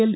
L